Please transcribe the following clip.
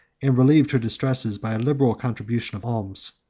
and relieved her distresses by a liberal contribution of alms.